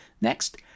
Next